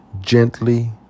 gently